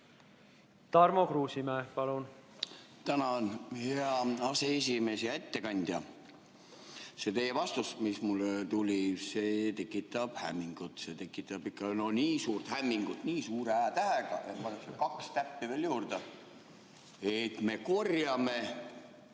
Tarmo Kruusimäe, palun! Tänan, hea aseesimees! Hea ettekandja! See teie vastus, mis mulle tuli, tekitab hämmingut. See tekitab ikka nii suurt hämmingut, nii suure Ä-tähega, kaks täppi veel juurde. Et me korjame